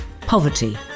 poverty